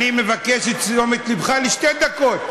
אני מבקש את תשומת לבך, לשתי דקות.